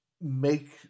make